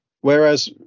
Whereas